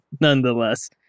nonetheless